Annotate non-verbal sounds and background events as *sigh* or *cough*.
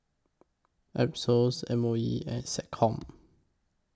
*unintelligible* M O E and Seccom